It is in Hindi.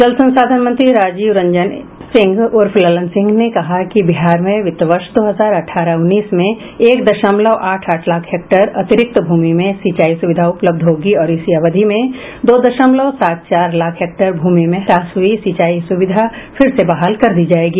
जल संसाधन मंत्री राजीव रंजन सिंह उर्फ ललन सिंह ने कहा कि बिहार में वित्त वर्ष दो हजार अठारह उन्नीस में एक दशमलव आठ आठ लाख हेक्टेयर अतिरिक्त भूमि में सिंचाई सुविधा उपलब्ध होगी और इसी अवधि में दो दशमलव सात चार लाख हेक्टेयर भूमि में हास हुई सिंचाई सुविधा फिर से बहाल कर दी जायेगी